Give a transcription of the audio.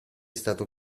stato